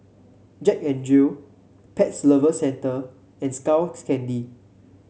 Jack N Jill Pet Lovers Centre and Skull Candy